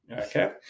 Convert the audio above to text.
Okay